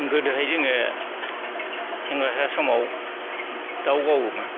गोदोहाय जोङो सेंग्रासा समाव दाउ गावोमोन